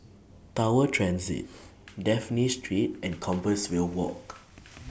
Tower Transit Dafne Street and Compassvale Walk